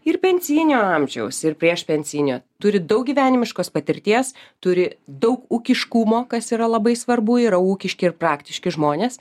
ir pensinio amžiaus ir priešpensinio turi daug gyvenimiškos patirties turi daug ūkiškumo kas yra labai svarbu yra ūkiški ir praktiški žmonės